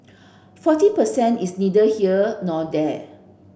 forty per cent is neither here nor there